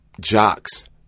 jocks